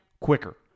quicker